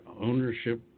ownership